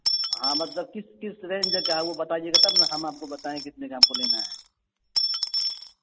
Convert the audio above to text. ہاں مطلب کس کس رینج کا ہے وہ بتائیے گا تب نہ ہم آپ کو بتائیں کتنے میں آپ کو لینا ہے